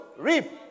Reap